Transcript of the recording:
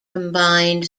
combined